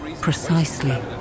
precisely